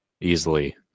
easily